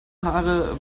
haare